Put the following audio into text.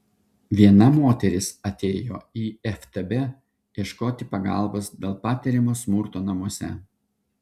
viena moteris atėjo į ftb ieškoti pagalbos dėl patiriamo smurto namuose